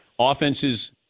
offenses